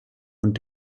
und